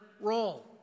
role